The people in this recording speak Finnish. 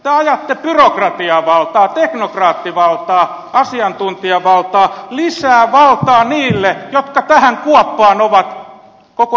te ajatte byrokratiavaltaa teknokraattivaltaa asiantuntijavaltaa lisää valtaa niille jotka tähän kuoppaan ovat koko euroopan vieneet